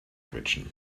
quetschen